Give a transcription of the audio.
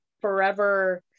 forever